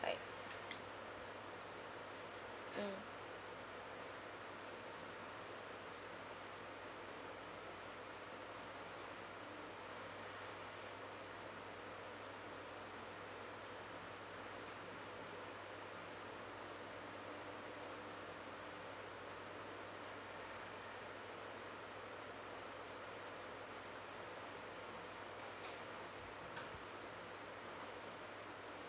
inside mm